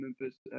Memphis